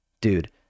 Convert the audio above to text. dude